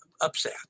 upset